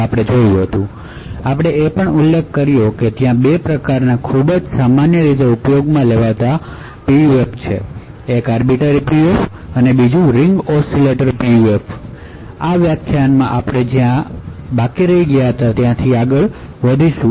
આપણે એ પણ ઉલ્લેખ કર્યો છે કે ત્યાં 2 પ્રકારના ખૂબ જ સામાન્ય રીતે ઉપયોગમાં લેવાતા PUF છે એક આર્બિટર PUF હતું અને બીજું રીંગ ઓસિલેટર PUF હતું આ વ્યાખ્યાનમાં આપણે જ્યાંથી અટકી ગયા ત્યાંથી ચાલુ રાખીશું